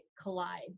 collide